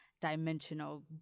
dimensional